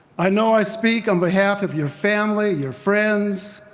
i know i speak on behalf of your family, your friends,